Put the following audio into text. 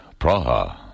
Praha